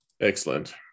excellent